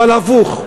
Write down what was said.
אבל הפוך,